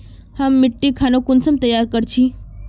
हम मिट्टी खानोक कुंसम तैयार कर छी?